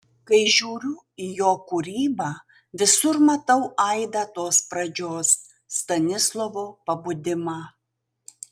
kai žiūriu į jo kūrybą visur matau aidą tos pradžios stanislovo pabudimą